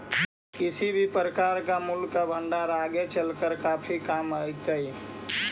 किसी भी प्रकार का मूल्य का भंडार आगे चलकर काफी काम आईतई